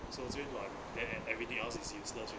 so 这边乱 then everything else is useless already